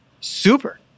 super